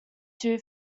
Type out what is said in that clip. two